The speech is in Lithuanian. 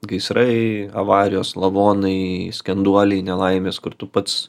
gaisrai avarijos lavonai skenduoliai nelaimės kur tu pats